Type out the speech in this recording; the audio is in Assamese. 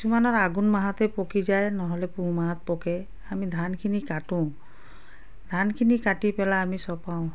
কিছুমানৰ আঘোণ মাহতেই পকি যায় নহ'লে পুহ মাহত পকে আমি ধানখিনি কাটো ধানখিনি কাটি পেলাই আমি চপাওঁ